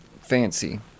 fancy